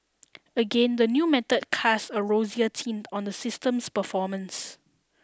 again the new method cast a rosier tint on the system's performance